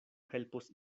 helpos